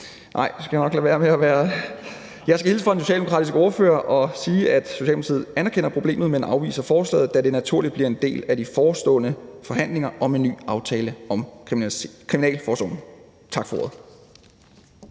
jeg skal hilse fra den socialdemokratiske ordfører og sige, at Socialdemokratiet anerkender problemet, men afviser forslaget, da det naturligt bliver en del af de forestående forhandlinger om en ny aftale om kriminalforsorgen. Tak for ordet.